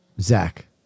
Zach